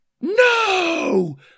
No